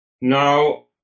Now